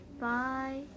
Bye